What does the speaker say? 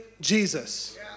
Jesus